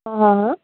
हाँ हाँ